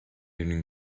evening